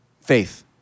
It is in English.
Faith